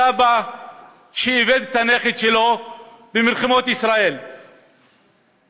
סב שאיבד את הנכד שלו במלחמות ישראל הוא